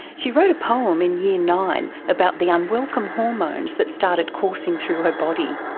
she wrote a poem in year nine about the unwelcome hormones that started coursing through her body.